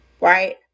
right